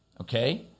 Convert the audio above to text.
okay